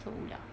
so ya